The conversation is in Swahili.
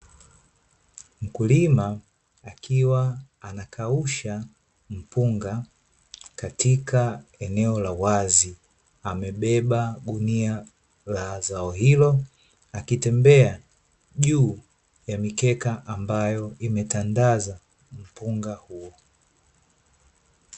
Mkulima akiwa anakausha mpunga katika eneo la wazi, amebeba gunia la zao hilo akitembea juu ya mikeka ambayo imetandaza mpunga huo.